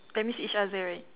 that means each other right